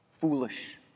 foolish